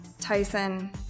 Tyson